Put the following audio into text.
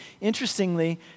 Interestingly